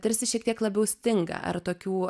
tarsi šiek tiek labiau stinga ar tokių